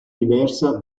diversa